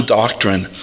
doctrine